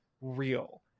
real